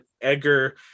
edgar